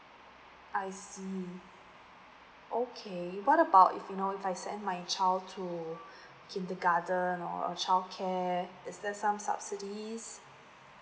I see okay what about if you know if I send my child to kindergarten or or child care is this some subsidies